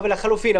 אבל לחלופין.